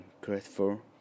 grateful